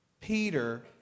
Peter